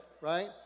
Right